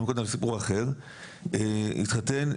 התחתן,